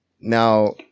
Now